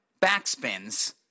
backspins